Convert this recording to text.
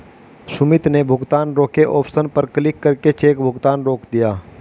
सुमित ने भुगतान रोके ऑप्शन पर क्लिक करके चेक भुगतान रोक दिया